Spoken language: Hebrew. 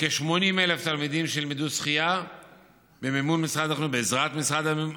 כ-80,000 תלמידים שילמדו שחייה במימון משרד החינוך,